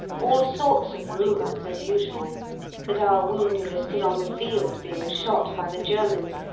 all sorts of rumours as usual that our wounded are still on the field, being shot by the germans,